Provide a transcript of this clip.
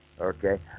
Okay